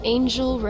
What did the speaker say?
Angel